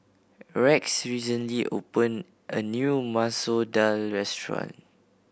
Rex recently opened a new Masoor Dal restaurant